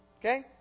Okay